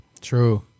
True